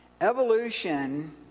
evolution